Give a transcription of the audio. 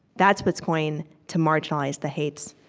that's what's going to marginalize the hate,